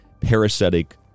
parasitic